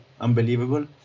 unbelievable